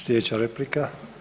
Sljedeća replika.